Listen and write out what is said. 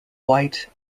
white